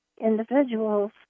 individuals